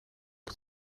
het